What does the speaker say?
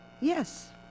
Yes